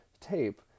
tape